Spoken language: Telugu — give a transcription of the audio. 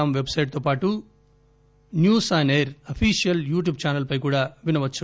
కామ్ పెట్ సెట్ తో పాటు news on air official YouTube channel పై కూడా వినవచ్చు